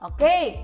Okay